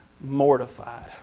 mortified